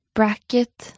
Bracket